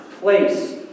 place